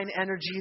energy